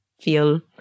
feel